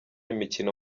imikino